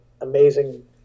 amazing